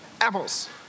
Apples